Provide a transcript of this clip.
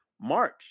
March